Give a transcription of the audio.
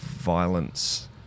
violence